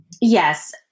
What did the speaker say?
Yes